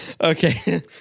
Okay